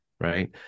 right